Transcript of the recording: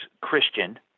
Christian